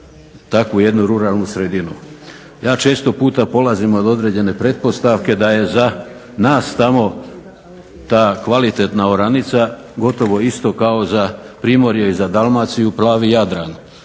takvu jednu ruralnu sredinu. Ja često puta polazim od određene pretpostavke da je za nas tamo ta kvalitetna oranica gotovo isto kao za Primorje i za Dalmaciju plavi Jadran